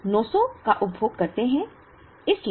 हम 900 का उपभोग करते हैं